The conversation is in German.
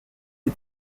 die